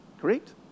Correct